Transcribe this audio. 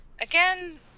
Again